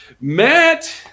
matt